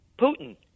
Putin